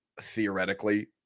theoretically